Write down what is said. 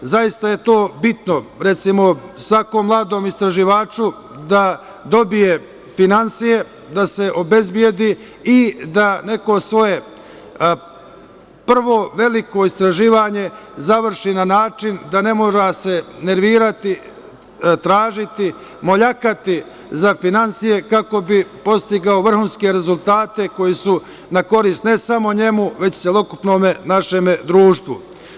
Jer, zaista je to bitno, recimo, svakom mladom istraživaču da dobije finansije, da se obezbedi i da neko svoje prvo veliko istraživanje završi na način da se ne mora nervirati, tražiti, moljakati za finansije, kako bi postigao vrhunske rezultate koji su na korist ne samo njemu, već celokupnom našem društvu.